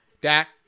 Dak